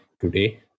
today